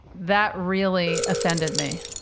that really offended me